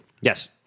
Yes